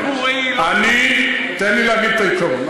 לא ציבורי, לא פרטי, תן לי להגיד את העיקרון.